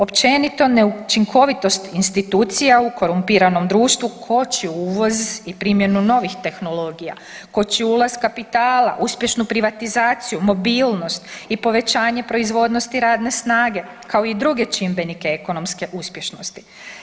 Općenito ne učinkovitost institucija u korumpiranom društvu koči uvoz i primjenu novih tehnologija, koči ulaz kapitala, uspješnu privatizaciju, mobilnost i povećanje proizvodnosti radne snage kao i druge čimbenike ekonomske uspješnosti.